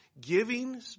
Giving